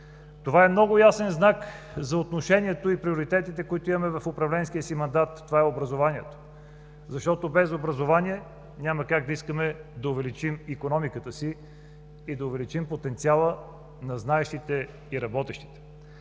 Това е много ясен знак за отношението и приоритетите, които имаме в управленския си мандат – това е образованието. Защото без образование няма как да искаме да увеличим икономиката си и да увеличим потенциала на знаещите и работещите.